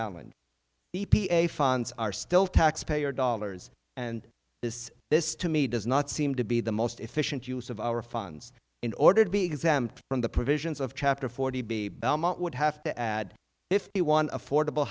e p a funds are still taxpayer dollars and this this to me does not seem to be the most efficient use of our funds in order to be exempt from the provisions of chapter forty belmont would have to add if you want affordable